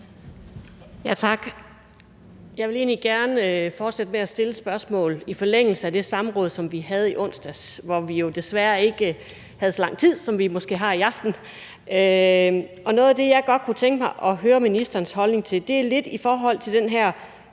(V): Tak. Jeg vil egentlig gerne stille et spørgsmål i forlængelse af det samråd, vi havde i onsdags, hvor vi jo desværre ikke havde så lang tid, som vi måske har i aften. Noget af det, jeg godt kunne tænke mig at høre ministerens holdning til, er det her med den her